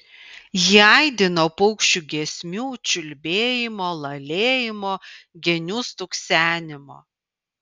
ji aidi nuo paukščių giesmių čiulbėjimo lalėjimo genių stuksenimo